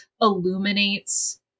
illuminates